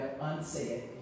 unsaid